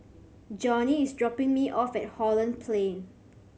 Johny is dropping me off at Holland Plain